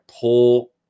pull